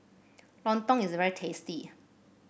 lontong is very tasty